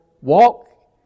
walk